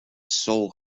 soul